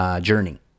journey